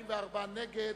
47 נגד.